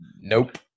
Nope